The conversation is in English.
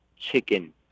Chicken